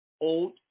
old